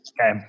Okay